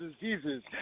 diseases